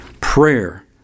prayer